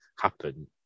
happen